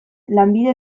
lanbide